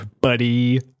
buddy